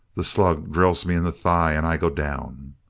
the slug drills me in the thigh and i go down.